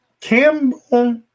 Campbell